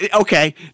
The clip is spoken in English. Okay